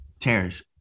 Terrence